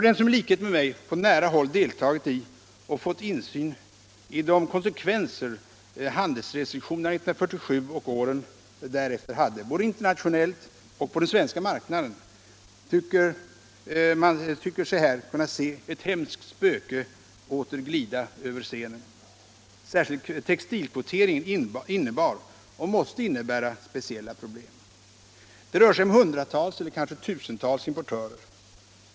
Den som i likhet med mig på nära håll fått insyn i de konsekvenser handelsrestriktionerna 1947 och åren därefter hade både internationellt och på den svenska marknaden tycker sig här kunna se ett hemskt spöke åter glida över scenen. Särskilt textilkvoteringen innebar och måste innebära speciella problem. Det rör sig om hundratals eller kanske tusentals importörer.